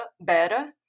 better